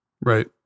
Right